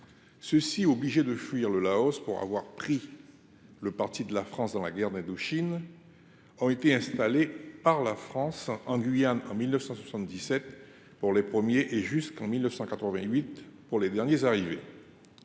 réfugiés, obligés de fuir le Laos pour avoir pris le parti de la France lors de la guerre d’Indochine, ont été installés par la France en Guyane entre 1977, pour les premiers arrivés, et 1988, pour les derniers.